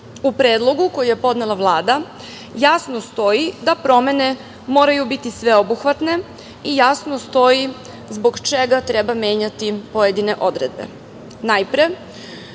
predlogu koji je podnela Vlada jasno stoji da promene moraju biti sveobuhvatne i jasno stoji zbog čega treba menjati pojedine odredbe.